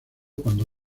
cuando